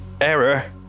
error